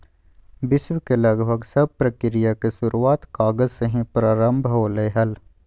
विश्व के लगभग सब प्रक्रिया के शुरूआत कागज से ही प्रारम्भ होलय हल